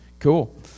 Cool